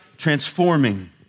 transforming